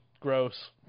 gross